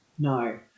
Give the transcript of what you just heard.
No